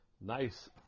Nice